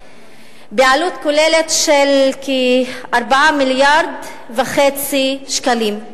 בעלות כוללת של כ-4.5 מיליארד שקלים.